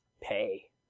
pay